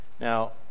Now